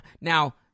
now